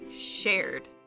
Shared